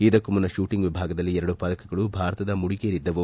ಇದಕ್ಕೂ ಮುನ್ನ ಶೂಟಿಂಗ್ ವಿಭಾಗದಲ್ಲಿ ಎರಡು ಪದಕಗಳು ಭಾರತದ ಮುಡಿಗೇರಿದ್ದವು